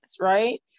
Right